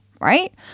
right